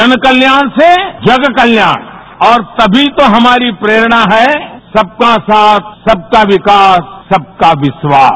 जन कल्याण से जग कल्याण और तभी तो हमारी प्रेरणा है सबका साथ सबका विकास सबका विश्वास